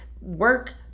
work